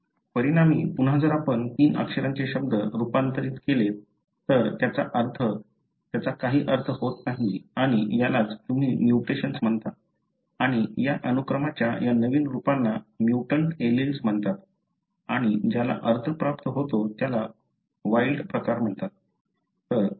परिणामी पुन्हा जर आपण तीन अक्षरांचे शब्द रूपांतरित केलेत तर त्याचा काही अर्थ होत नाही आणि यालाच तुम्ही म्युटेशन्स म्हणता आणि या अनुक्रमाच्या या नवीन रूपांना म्युटंट एलील्स म्हणतात आणि ज्याला अर्थ प्राप्त होतो त्याला वाइल्ड प्रकार म्हणतात